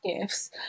gifts